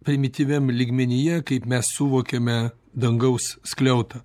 primityviam lygmenyje kaip mes suvokiame dangaus skliautą